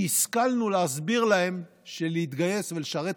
כי השכלנו להסביר להם שלהתגייס ולשרת